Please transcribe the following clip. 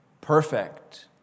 perfect